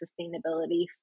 sustainability